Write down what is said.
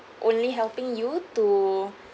only helping you to